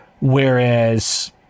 whereas